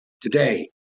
today